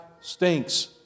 stinks